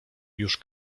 już